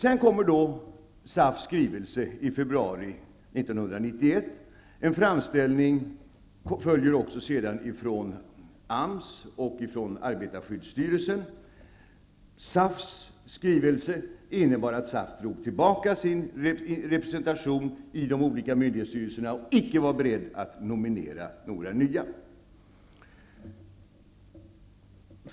I februari 1991 kom SAF:s skrivelse. En framställning följde också från AMS och Arbetarskyddsstyrelsen. SAF:s skrivelse innebar att SAF drog tillbaka sin representation i de olika myndighetsstyrelserna och icke var beredd att nominera några nya representanter.